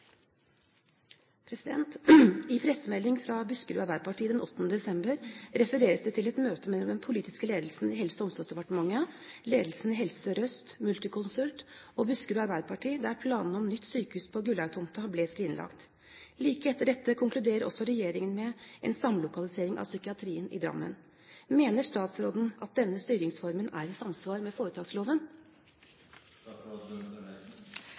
pressemelding fra Buskerud Arbeiderparti 8. desember refereres det til et møte mellom den politiske ledelsen i Helse- og omsorgsdepartementet, ledelsen i Helse Sør-Øst, Multiconsult og Buskerud Arbeiderparti der planene om nytt sykehus på Gullaug-tomta ble skrinlagt. Like etter dette konkluderer også regjeringen med en samlokalisering av psykiatrien i Drammen. Mener statsråden at denne styringsformen er i samsvar med